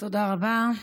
תודה רבה.